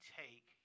take